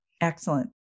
Excellent